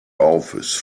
office